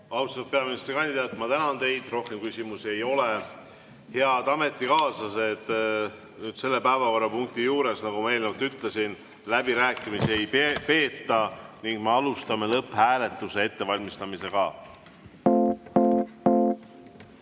Austatud peaministrikandidaat, ma tänan teid! Rohkem küsimusi ei ole. Head ametikaaslased, selle päevakorrapunkti juures, nagu ma eelnevalt ütlesin, läbirääkimisi ei peeta ning me alustame lõpphääletuse ettevalmistamist.